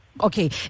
okay